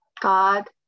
God